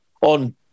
on